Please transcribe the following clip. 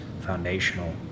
foundational